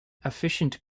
efficient